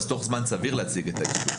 תוך זמן סביר להציג אותו.